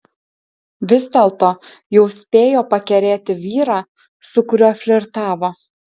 vis dėlto jau spėjo pakerėti vyrą su kuriuo flirtavo